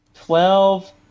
twelve